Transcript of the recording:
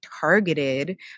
targeted